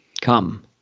Come